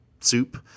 soup